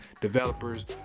developers